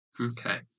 Okay